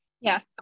Yes